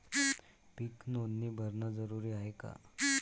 पीक नोंदनी भरनं जरूरी हाये का?